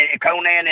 Conan